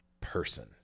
person